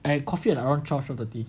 I have coffee at around twelve twelve thirty